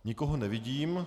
Nikoho nevidím.